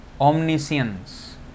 omniscience